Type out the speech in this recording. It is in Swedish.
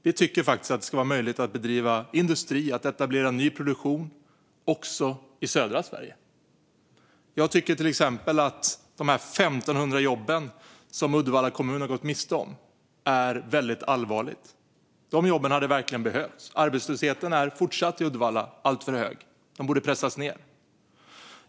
Vi tycker faktiskt att det ska vara möjligt att bedriva industri och etablera ny produktion också i södra Sverige. Jag tycker till exempel att de 1 500 jobb som Uddevalla kommun har gått miste om är någonting väldigt allvarligt. Dessa jobb hade verkligen behövts. Arbetslösheten i Uddevalla är fortfarande alltför hög och borde pressas ned.